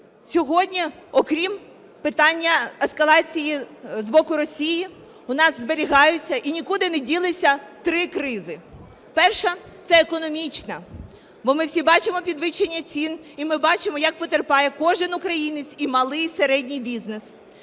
Сьогодні, окрім питання ескалації з боку Росії, у нас зберігаються і нікуди не ділися три кризи. Перша – це економічна. Бо ми всі бачимо підвищення цін і ми бачимо, як потерпає кожен українець і малий, і середній бізнес.